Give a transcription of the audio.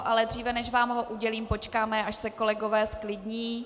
Ale dříve než vám ho udělím, počkáme, až se kolegové zklidní.